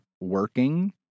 working